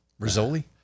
Rizzoli